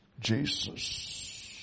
Jesus